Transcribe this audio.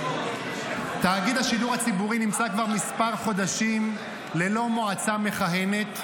תאגיד השידור הציבורי נמצא כבר כמה חודשים ללא מועצה מכהנת,